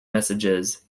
messages